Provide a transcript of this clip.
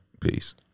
Peace